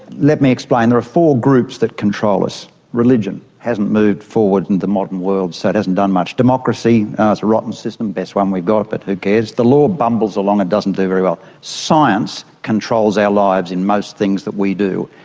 let me explain. there are four groups that control us religion, hasn't moved forward in the modern world so it hasn't done much democracy, it's a rotten system, the best one we've got but who cares the law bumbles along, it doesn't do very well science controls our lives in most things that we do.